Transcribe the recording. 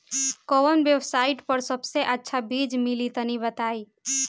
कवन वेबसाइट पर सबसे अच्छा बीज मिली तनि बताई?